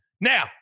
now